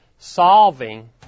solving